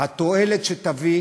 התועלת שהוא יביא